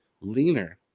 leaner